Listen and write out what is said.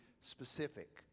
specific